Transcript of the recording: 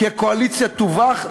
כי הקואליציה תובך?